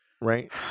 right